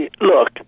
look